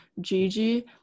Gigi